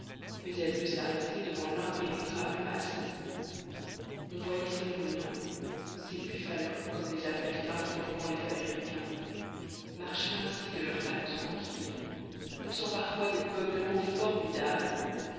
mais elle dut s'arrêter devant l'impénétrable masse on voyait ces ruminants ces buffalos comme les appellent improprement les américains marcher ainsi de leur pas tranquille poussant parfois des beuglements formidables